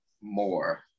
more